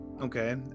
okay